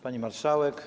Pani Marszałek!